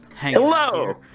Hello